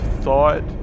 thought